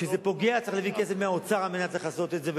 כשזה פוגע צריך להביא כסף מהאוצר כדי לכסות את זה,